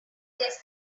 desk